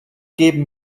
geben